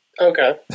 Okay